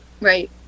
right